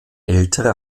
ältere